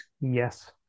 Yes